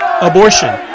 abortion